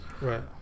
Right